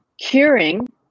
Curing